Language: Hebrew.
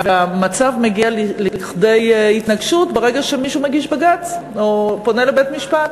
והמצב מגיע לכדי התנגשות ברגע שמישהו מגיש בג"ץ או פונה לבית-משפט.